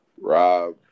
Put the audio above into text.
Rob